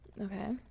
Okay